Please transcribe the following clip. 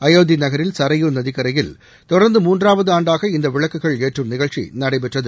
ஆயோத்தி நகரில் சரையூ நதிக்கரையில் தொடர்ந்து மூன்றாவது ஆண்டாக இந்த விளக்குகள் ஏற்றும் நிகழ்ச்சி நடைபெற்றது